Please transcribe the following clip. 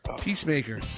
Peacemaker